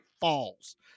falls